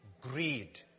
greed